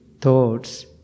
thoughts